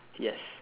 yes